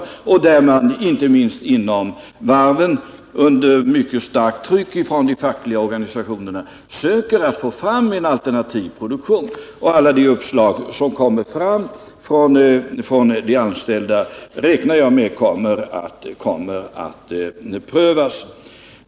Inte minst inom varven söker man under mycket starkt tryck från de fackliga organisationerna att få fram en alternativ produktion, och detta är av största vikt. Jag räknar med att alla de förslag som kommit fram från de anställda kommer att prövas.